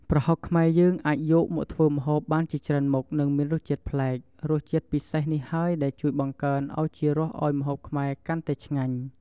ប្រហុកខ្មែរយើងអាចយកមកធ្វើម្ហូបបានជាច្រើនមុខ និងមានរសជាតិប្លែក រសជាតិពិសេសនេះហើយដែលជួយបង្កើនឱជារសឱ្យម្ហូបខ្មែរកាន់តែឆ្ងាញ់។